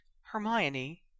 Hermione